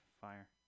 fire